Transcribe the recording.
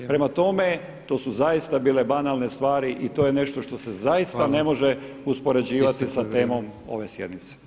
Prema tome, to su zaista bile banalne stvari i to je nešto što se zaista [[Upadica predsjednik: Hvala.]] ne može uspoređivati sa temom ove sjednice.